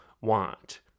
want